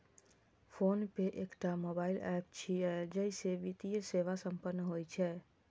PhonePe एकटा mobile app छियै, जइसे वित्तीय सेवा संपन्न होइ छै